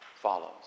follows